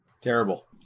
Terrible